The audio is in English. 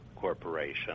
Corporation